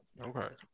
Okay